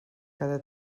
cada